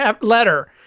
letter